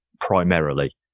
primarily